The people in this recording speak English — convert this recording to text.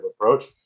approach